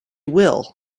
will